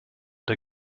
der